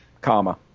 Comma